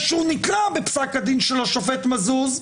אחרי שהוא נקרא בפסק הדין של השופט מזוז,